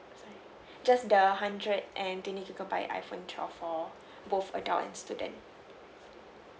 sorry just the hundred and twenty gigabyte iPhone twelve for both adult and student